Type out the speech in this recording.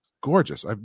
gorgeous